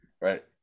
Right